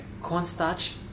cornstarch